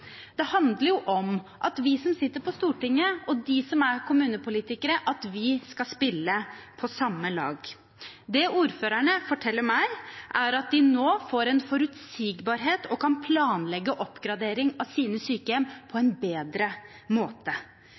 Det handler om at vi som sitter på Stortinget, og de som er kommunepolitikere, skal spille på samme lag. Det ordførerne forteller meg, er at de nå får forutsigbarhet og kan planlegge oppgradering av sine sykehjem på en bedre måte.